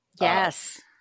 Yes